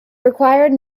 required